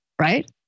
right